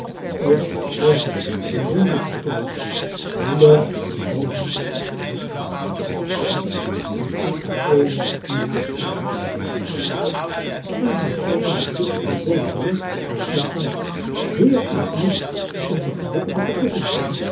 eerst dat groote aandoenlijke stuk moeder en zoon of misdaad en liefde in acht tafereelen en een naspel twintig jaar later en ten slotte die kluchtige vaudeville met zang heer en knecht of de gelukkige vergissingen